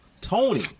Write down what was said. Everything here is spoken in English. tony